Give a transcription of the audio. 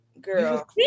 girl